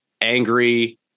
angry